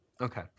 Okay